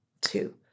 two